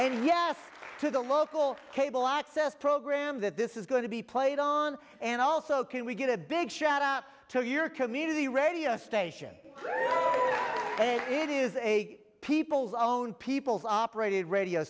yes to the local cable access program that this is going to be played on and also can we get a big shot up to your community radio station it is a people's own people's operated radio